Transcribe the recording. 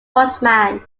hartman